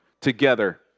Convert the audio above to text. together